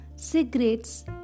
cigarettes